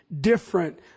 different